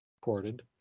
recorded